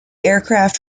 aircraft